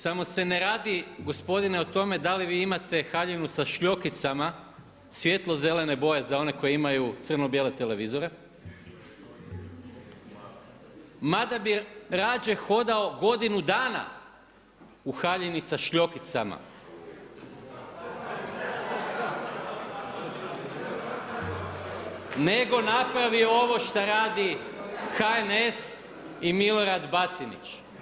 Samo se ne radi gospodine o tome da li vi imate haljinu sa šljokicama svijetlozelene boje, za one koji imaju crno bijele televizore, mada bi rađe hodao godinu dana u haljini sa šljokicama nego napravio ovo šta radi HNS i Milorad Batinić.